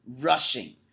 rushing